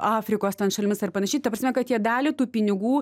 afrikos ten šalimis ar panašiai ta prasme kad jie dalį tų pinigų